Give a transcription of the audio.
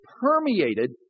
permeated